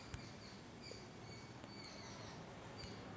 एकाच नावानं मले दोन बचत खातं काढता येईन का?